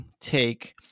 take